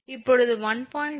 இப்போது 1